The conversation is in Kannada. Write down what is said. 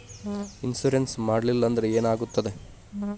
ಇನ್ಶೂರೆನ್ಸ್ ಮಾಡಲಿಲ್ಲ ಅಂದ್ರೆ ಏನಾಗುತ್ತದೆ?